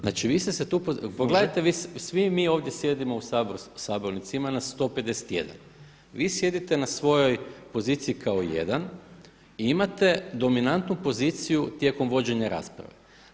Znači, vi ste se tu, pogledajte svi mi ovdje sjedimo u Sabornici, ima nas 151, vi sjedite na svojoj poziciji kao jedan i imate dominantnu poziciju tijekom vođenja rasprave.